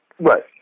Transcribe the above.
Right